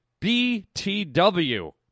BTW